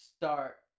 start